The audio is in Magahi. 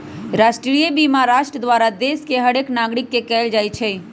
राष्ट्रीय बीमा राष्ट्र द्वारा देश के हरेक नागरिक के कएल जाइ छइ